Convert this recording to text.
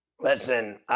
Listen